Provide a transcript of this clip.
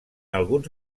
alguns